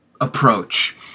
approach